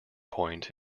point